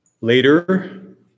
Later